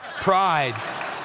Pride